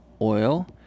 oil